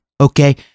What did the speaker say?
okay